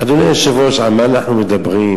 אדוני היושב-ראש, על מה אנחנו מדברים?